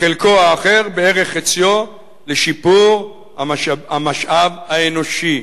חלקו האחר, בערך חציו, לשיפור המשאב האנושי: